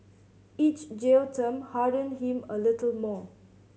each jail term hardened him a little more